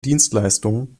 dienstleistung